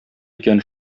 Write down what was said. икән